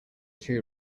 two